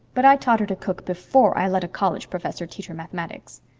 but i taught her to cook before i let a college professor teach her mathematics.